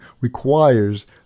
requires